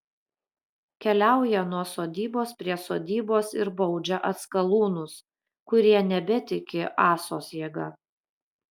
keliauja nuo sodybos prie sodybos ir baudžia atskalūnus kurie nebetiki ąsos jėga